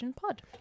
Pod